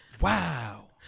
Wow